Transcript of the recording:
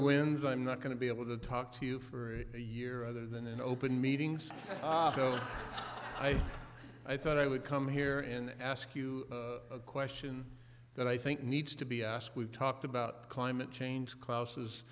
wins i'm not going to be able to talk to you for a year other than an open meetings so i thought i would come here and ask you a question that i think needs to be asked we've talked about climate change